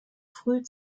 früh